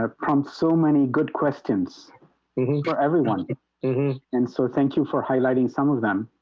ah prompts so many good questions for everyone and so thank you for highlighting some of them